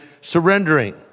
surrendering